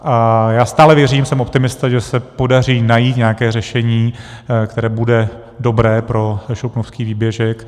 A já stále věřím jsem optimista že se podaří najít nějaké řešení, které bude dobré pro Šluknovský výběžek.